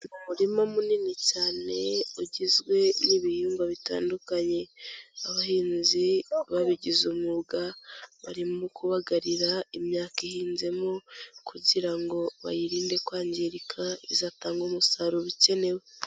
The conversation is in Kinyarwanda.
Umurima munini cyane ugizwe n'ibihingwa bitandukanye, abahinzi babigize umwuga barimo kubagarira imyaka ihinzemo kugira ngo bayirinde kwangirika, izatange umusaruro ukenewe.